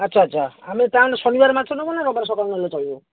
ଆଚ୍ଛା ଆଚ୍ଛା ଆମେ ତାହେଲେ ଶନିବାରେ ମାଛ ନେବୁ ନା ରବିବାରେ ସକାଳୁ ନେଲେ ଚଳିବ